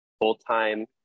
full-time